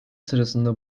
sırasında